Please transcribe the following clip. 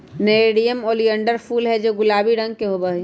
nerium oleander फूल हैं जो गुलाबी रंग के होबा हई